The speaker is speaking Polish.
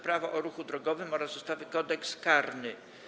Prawo o ruchu drogowym oraz ustawy Kodeks karny.